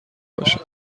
باشد